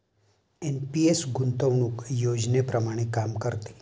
NPS गुंतवणूक योजनेप्रमाणे काम करते